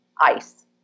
ice